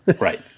Right